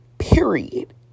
period